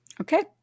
Okay